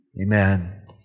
Amen